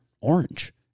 orange